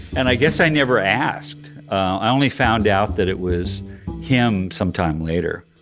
and i guess i never asked. ah, i only found out that it was him sometime later.